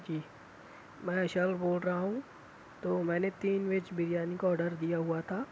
جی میں ایشاور بول رہا ہوں تو میں نے تین ویج بریانی کا آرڈر دیا ہوا تھا